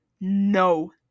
no